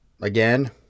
Again